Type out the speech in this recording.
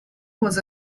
was